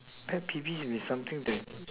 pet peeves is something that